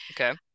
Okay